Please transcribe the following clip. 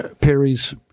Perry's